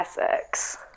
Essex